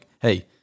hey